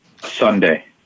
Sunday